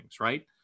right